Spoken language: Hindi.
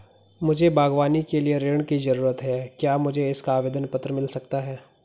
मुझे बागवानी के लिए ऋण की ज़रूरत है क्या मुझे इसका आवेदन पत्र मिल सकता है?